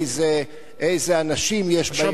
איזה אנשים יש בעירייה.